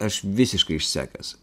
aš visiškai išsekęs